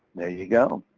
there you go.